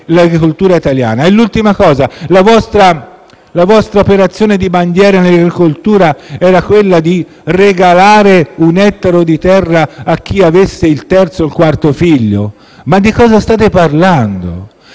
l'agricoltura italiana? L'ultima cosa. La vostra operazione di bandiera in agricoltura era quella di regalare un ettaro di terra a chi avesse il terzo o il quarto figlio? Ma di cosa state parlando?